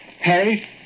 Harry